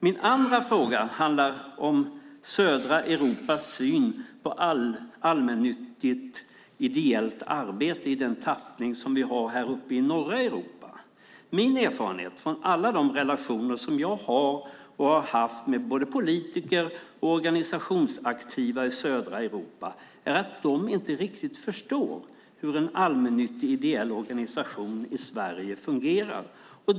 Min andra fråga handlar om synen i södra Europa på allmännyttigt ideellt arbete i den tappning vi har här uppe i norra Europa. Min erfarenhet som jag har från relationer med både politiker och organisationsaktiva i södra Europa är att man där inte riktigt förstår hur en allmännyttig ideell organisation i Sverige fungerar.